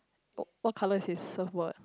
what color is his surfboard